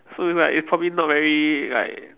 so it's like it's probably not very like